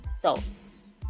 thoughts